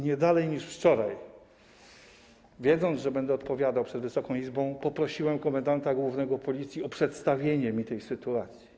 Nie dalej niż wczoraj, wiedząc, że będę odpowiadał przed Wysoką Izbą, poprosiłem komendanta głównego Policji o przedstawienie mi tej sytuacji.